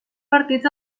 partits